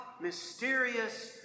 mysterious